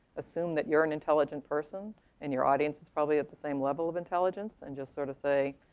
assume that you're an intelligent person and your audience is probably at the same level of intelligence and just sort of say,